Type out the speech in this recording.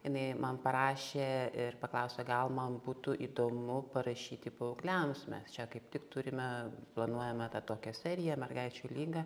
jinai man parašė ir paklausė gal man būtų įdomu parašyti paaugliams mes čia kaip tik turime planuojame tą tokią seriją mergaičių lyga